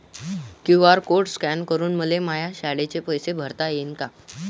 QR code scan करून मले माया शाळेचे पैसे भरता येईन का?